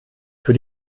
für